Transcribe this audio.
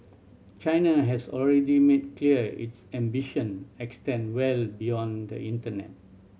china has already made clear its ambition extend well beyond the internet